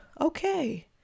okay